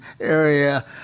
area